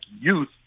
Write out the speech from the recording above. youth